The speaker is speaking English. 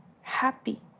happy